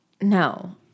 No